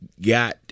got